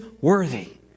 worthy